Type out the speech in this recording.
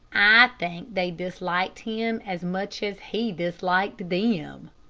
i think they disliked him as much as he disliked them.